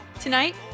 tonight